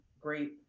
great